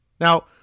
Now